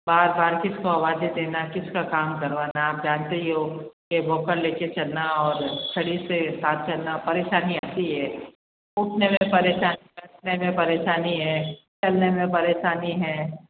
बार बार किस को आवाज़ें देना किस का काम करवाना आप जानते ही हो ये वोकर ले कर चलना और छड़ी से साथ चलना परेशानी आती ही है उठने में परेशानी बैठने मे परेशानी है चलने मे परेशानी है